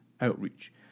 outreach